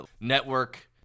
network